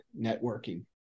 networking